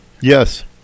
Yes